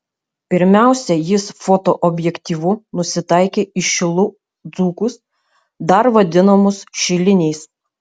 pirmiausia jis fotoobjektyvu nusitaikė į šilų dzūkus dar vadinamus šiliniais